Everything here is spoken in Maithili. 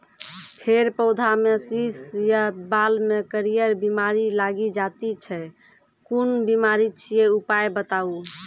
फेर पौधामें शीश या बाल मे करियर बिमारी लागि जाति छै कून बिमारी छियै, उपाय बताऊ?